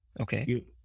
Okay